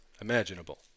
imaginable